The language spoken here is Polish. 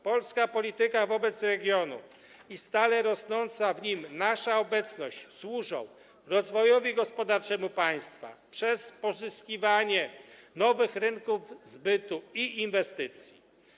Polska polityka wobec regionu i stale rosnąca w nim nasza obecność służą rozwojowi gospodarczemu państwa przez pozyskiwanie nowych rynków zbytu i inwestycji.